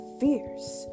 fierce